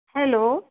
hello